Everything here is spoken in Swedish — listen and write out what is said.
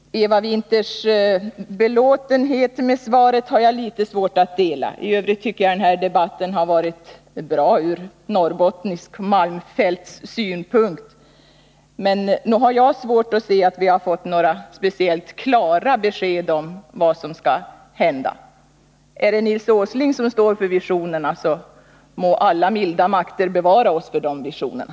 Eva Winthers belåtenhet med svaret har jag litet svårt för att dela. I övrigt tycker jag att den här debatten har varit bra ur norrbottnisk malmfältssynpunkt. Men nog har jag svårt att se att vi har fått några speciellt klara besked om vad som skall hända där. Är det Nils Åsling som står för visionerna, så må alla milda makter bevara oss för de visionerna!